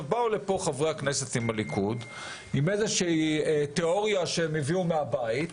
באו לפה חברי הכנסת מהליכוד עם איזושהי תאוריה שהם הביאו מהבית,